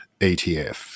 ETF